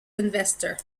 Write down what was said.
investors